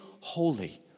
holy